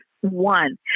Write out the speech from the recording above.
one